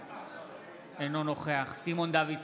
אינו נוכח סימון דוידסון,